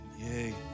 Yay